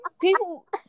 people